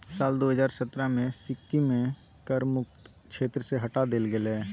साल दू हजार सतरहे मे सिक्किमकेँ कर मुक्त क्षेत्र सँ हटा देल गेलै